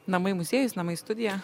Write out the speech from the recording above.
namai muziejus namai studija